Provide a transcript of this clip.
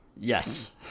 Yes